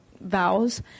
vows